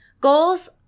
Goals